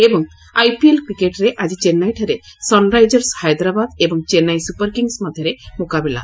ଏବଂ ଆଇପିଏଲ୍ କ୍ରିକେଟ୍ରେ ଆଜି ଚେନ୍ନାଇଠାରେ ସନ୍ରାଇଜର୍ସ ହାଇଦରାବାଦ ଏବଂ ଚେନ୍ନାଇ ସୁପର୍ କିଙ୍ଗ୍ ମଧ୍ୟରେ ମୁକାବିଲା